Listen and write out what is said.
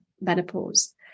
menopause